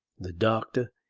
the doctor,